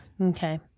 Okay